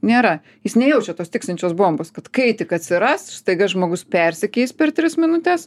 nėra jis nejaučia tos tiksinčios bombos kad kai tik atsiras staiga žmogus persikeis per tris minutes